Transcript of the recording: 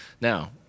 Now